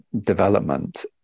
development